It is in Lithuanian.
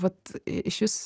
vat išvis